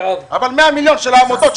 100 מיליון של העמותות,